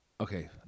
Okay